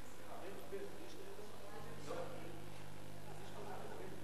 ההצעה להעביר את הצעת חוק הפצת שידורים באמצעות תחנות שידור ספרתיות,